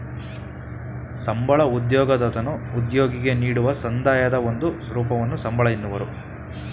ಸಂಬಳ ಉದ್ಯೋಗದತನು ಉದ್ಯೋಗಿಗೆ ನೀಡುವ ಸಂದಾಯದ ಒಂದು ರೂಪವನ್ನು ಸಂಬಳ ಎನ್ನುವರು